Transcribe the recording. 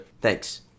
thanks